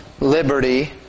liberty